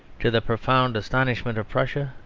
to the profound astonishment of prussia,